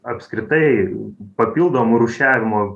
apskritai papildomų rūšiavimo